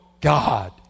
God